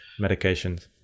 medications